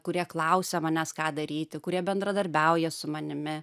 kurie klausia manęs ką daryti kurie bendradarbiauja su manimi